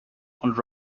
und